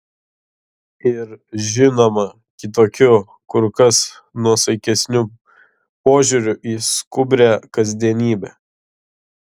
ir žinoma kitokiu kur kas nuosaikesniu požiūriu į skubrią kasdienybę